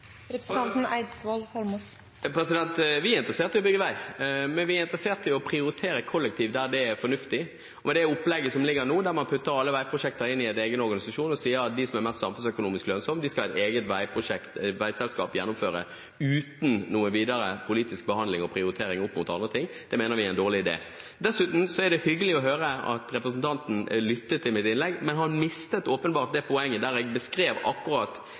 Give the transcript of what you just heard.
representanten Eidsvoll Holmås 1 minutt ekstra taletid til å forklare: Hva er SVs politikk for en mer effektiv organisering av bygging av vei, i den grad de i det hele tatt er interessert i å bygge vei? Vi er interessert i å bygge vei, men vi er interessert i å prioritere kollektivtransport der det er fornuftig. Det opplegget som ligger nå, der man putter alle veiprosjekter inn i en egen organisasjon og sier at de som er mest samfunnsøkonomisk lønnsomme, skal et eget veiselskap gjennomføre, uten noen videre politisk behandling og prioritering opp mot andre ting, mener vi er en dårlig idé. Dessuten er det hyggelig å